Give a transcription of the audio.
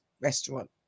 restaurant